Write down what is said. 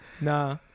Nah